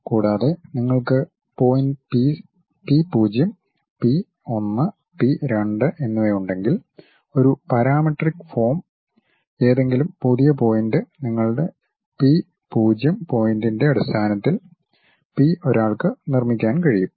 കൂടാതെ നിങ്ങൾക്ക് point P 0 P 1 P 2 എന്നിവ ഉണ്ടെങ്കിൽ ഒരു പരാമെട്രിക് ഫോം ഏതെങ്കിലും പുതിയ പോയിന്റ് നിങ്ങളുടെ പി 0 പോയിന്റിന്റെ അടിസ്ഥാനത്തിൽ പി ഒരാൾക്ക് നിർമ്മിക്കാൻ കഴിയും